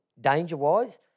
danger-wise